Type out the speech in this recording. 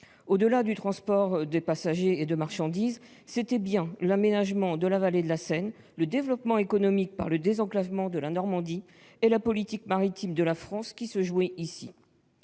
Au-delà du transport de passagers et de marchandises, c'étaient bien l'aménagement de la vallée de la Seine, le développement économique par le désenclavement de la Normandie et la politique maritime de la France qui se jouaient.